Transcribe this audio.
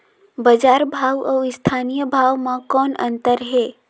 बजार भाव अउ स्थानीय भाव म कौन अन्तर हे?